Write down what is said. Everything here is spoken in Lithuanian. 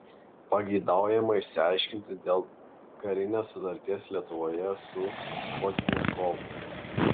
pageidaujama išsiaiškinti dėl karinės sutarties lietuvoje su pozdniakovu